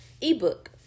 ebook